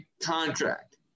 contract